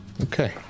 Okay